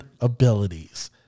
abilities